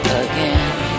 again